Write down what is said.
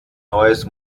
neues